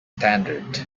standard